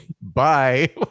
bye